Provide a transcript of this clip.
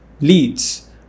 Leads